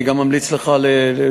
אני גם ממליץ לך לדבר,